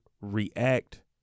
react